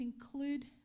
include